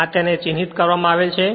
આ રીતે તેને ચિંહીત કરવામાં આવેલ છે